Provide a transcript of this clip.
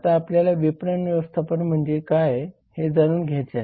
आता आपल्याला विपणन व्यवस्थापन म्हणजे काय हे जाणून घ्यायचे आहे